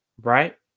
right